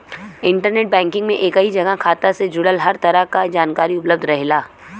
internet banking में एक ही जगह खाता से जुड़ल हर तरह क जानकारी उपलब्ध रहेला